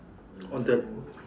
on the